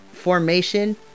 formation